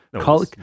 Call